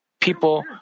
people